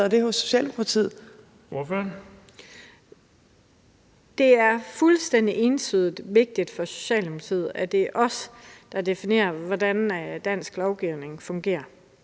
(S): Det er fuldstændig entydigt vigtigt for Socialdemokratiet, at det er os i Danmark, der definerer, hvordan dansk lovgivning fungerer.